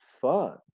fun